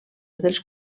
dels